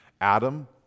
adam